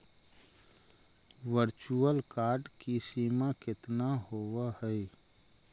virtual card की सीमा केतना होवअ हई